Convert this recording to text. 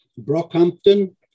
Brockhampton